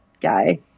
guy